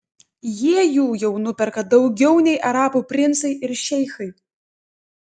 jie jų jau nuperka daugiau nei arabų princai ir šeichai